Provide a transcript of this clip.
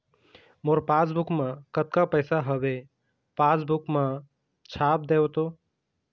मोर passbook मा कतका पैसा हवे पासबुक मा छाप देव तो?